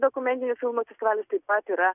dokumentinų filmų festivalis taip pat yra